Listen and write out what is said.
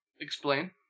Explain